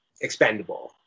expendable